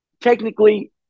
technically